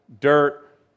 dirt